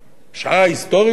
שעה היסטורית זו?